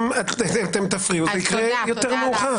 אם תפריעו זה יקרה יותר מאוחר.